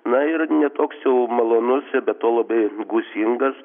na ir ne toks jau malonus ir be to labai gūsingas